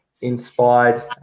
inspired